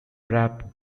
rap